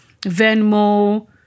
Venmo